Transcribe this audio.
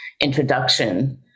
introduction